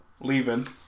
leaving